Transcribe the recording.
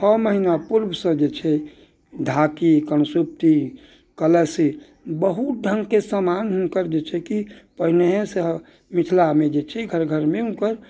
छओ महीना पूर्वसँ जे छै ढाकी कन्सुपती कलसी बहुत ढङ्गके समान हुनकर जे छै कि पहिनहे से मिथिलामे जे छै घर घरमे हुनकर